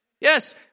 Yes